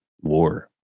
war